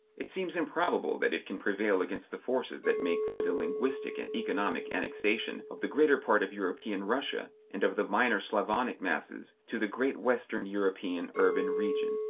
it seems improbable that it can prevail against the forces that make for the linguistic and economic annexation of the greater part of european russia and of the minor slavonic masses, to the great western european urban region.